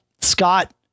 Scott